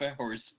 hours